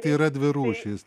tai yra dvi rūšys